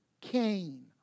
Cain